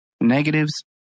negatives